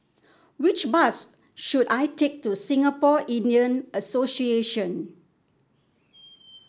which bus should I take to Singapore Indian Association